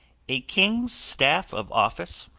a king's staff of office,